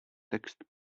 text